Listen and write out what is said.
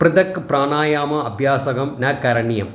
पृथक् प्राणायामाभ्यासं न करणीयम्